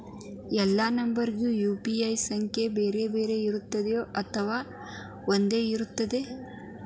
ಎಲ್ಲಾ ನಂಬರಿಗೂ ಯು.ಪಿ.ಐ ಸಂಖ್ಯೆ ಬೇರೆ ಇರುತ್ತದೆ ಅಥವಾ ಒಂದೇ ಇರುತ್ತದೆ?